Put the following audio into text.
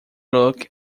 look